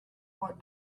white